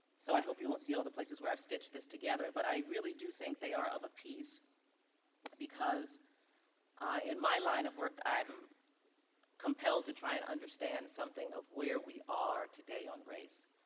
so i hope you won't see all the places where i stitch this together, but i really do think they are of a piece because in my line of work, i'm compelled to try and understand something of where we are today on race.